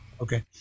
Okay